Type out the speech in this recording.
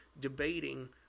debating